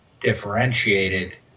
differentiated